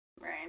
Right